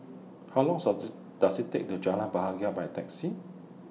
How Long Does IT Take to Jalan Bahagia By Taxi